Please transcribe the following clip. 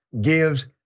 gives